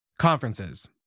Conferences